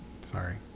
Sorry